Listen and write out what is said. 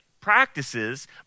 practices